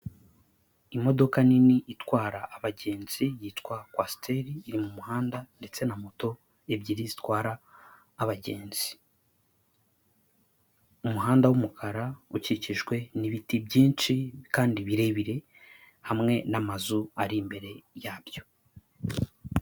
Imodoka nini itwara abagenzi yitwa kwasiteri iri mu muhanda na moto ebyiri zitwara abagenzi, umuhanda w'umukara ukikijwe n'ibiti byinshi kandi birebire hamwe n'amazu ari imbere yabyo.